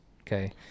okay